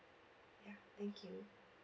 ya thank you